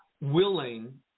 willing